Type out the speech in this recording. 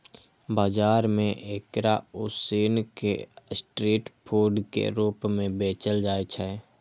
बाजार मे एकरा उसिन कें स्ट्रीट फूड के रूप मे बेचल जाइ छै